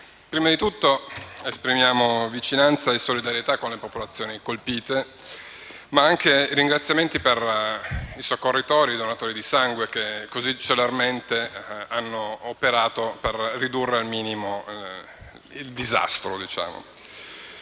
prima di tutto esprimiamo vicinanza e solidarietà alle popolazioni colpite, ma ringraziamo anche i soccorritori e i donatori di sangue, che così celermente hanno operato per ridurre al minimo le conseguenze